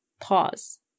pause